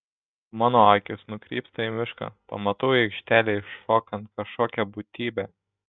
mano akys nukrypsta į mišką pamatau į aikštelę įšokant kažkokią būtybę